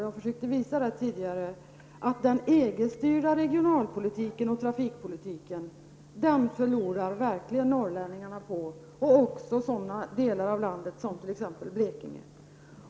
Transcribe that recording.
Jag försökte tidigare visa att den EG styrda regionaltrafiken och trafikpolitiken är något som norrlänningarna verkligen förlorar på. Detsamma gäller också sådana delar av landet som t.ex. Blekinge.